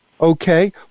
okay